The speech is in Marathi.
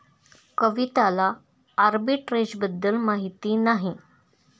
कविताला आर्बिट्रेजबद्दल माहिती नाही